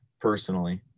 personally